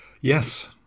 Yes